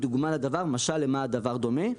למה הדבר דומה?